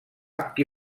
qui